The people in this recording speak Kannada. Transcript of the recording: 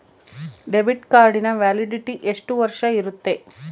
ಡೆಬಿಟ್ ಕಾರ್ಡಿನ ವ್ಯಾಲಿಡಿಟಿ ಎಷ್ಟು ವರ್ಷ ಇರುತ್ತೆ?